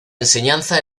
enseñanza